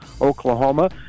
Oklahoma